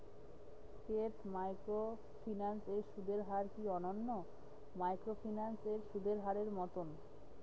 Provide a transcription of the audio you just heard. স্কেট microfinance এর সুদের হার কি অন্যান্য মাইক্রোফিন্যান্স এর সুদের হারের মতন?